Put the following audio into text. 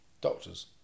Doctors